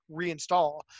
reinstall